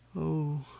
oh,